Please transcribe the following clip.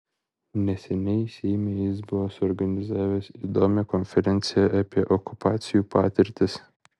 neseniai seime jis buvo suorganizavęs įdomią konferenciją apie okupacijų patirtis